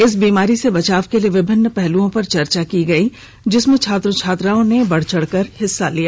इस बीमारी से बचाव के लिए विभिन्न पहल पर चर्चा हुई जिसमें छात्र छात्राओं ने बढ़ चढ़कर हिस्सा लिया